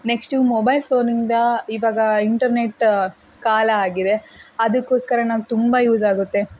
next mobile ಫೋನಿಂದ ಇವಾಗ internet ಕಾಲ ಆಗಿದೆ ಅದಕ್ಕೋಸ್ಕರನೇ ತುಂಬ ಯೂಸ್ ಆಗುತ್ತೆ